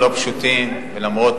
באישור חורג לעיריית ירושלים על דבר שהוא